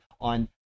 on